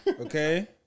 Okay